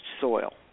soil